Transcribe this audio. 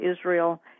Israel